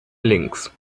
links